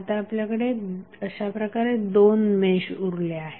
आता आपल्याकडे अशाप्रकारे दोन मेश उरलेल्या आहेत